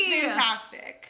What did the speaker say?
fantastic